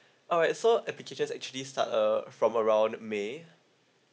alright so applications actually start uh from around may